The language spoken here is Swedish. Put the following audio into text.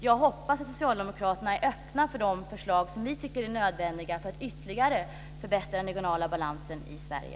Jag hoppas att socialdemokraterna är öppna för de förslag som vi tycker är nödvändiga för att ytterligare förbättra den regionala balansen i Sverige.